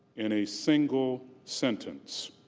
in a single sentence.